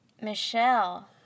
Michelle